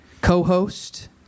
co-host